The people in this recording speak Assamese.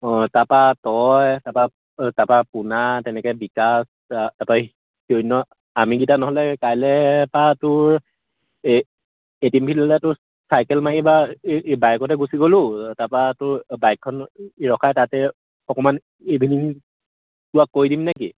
অঁ তাৰপৰা তই তাৰপৰা তাৰপৰা পোনা তেনেকৈ বিকাশ তাৰপৰা হিৰণ্য আমিকেইটা নহ'লে কাইলৈৰপৰা তোৰ এ টিম ফিল্ড নহ'লে তোৰ চাইকেল মাৰি বা এই বাইকতে গুচি গ'লো তাৰপৰা তোৰ বাইকখন ৰখাই তাতে অকমান ইভিনিং ৱাক কৰি দিম নেকি